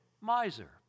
miser